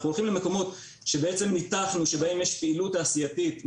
אנחנו הולכים למקומות שבעצם ניתחנו שבהם יש פעילות תעשייתית משמעותית,